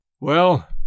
Well